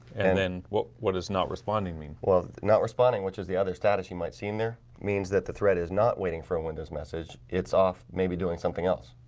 and then and what what is not responding me? well not responding which is the other status you might see in there means that the thread is not waiting for a windows message. it's off maybe doing something else.